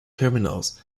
terminals